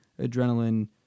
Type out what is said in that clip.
adrenaline